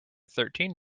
thirteen